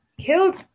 killed